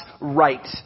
right